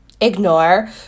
ignore